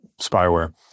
spyware